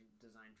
design